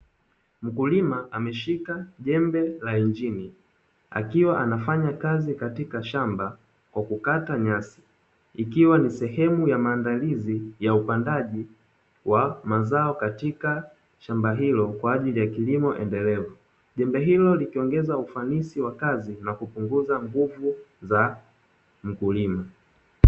Mkulima ameshika jembe la injini, akiwa anafanya kazi katika shamba kwa kukata nyasi, ikiwa ni sehemu ya maandalizi ya upandaji wa mazao katika shamba hilo, kwa ajili ya kilimo endelevu. Jembe hilo likiongeza ufanisi wa kazi na kupunguza nguvu za mkulima.